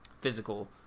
physical